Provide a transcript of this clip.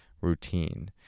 routine